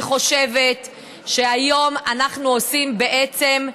אני חושבת שהיום אנחנו עושים בעצם,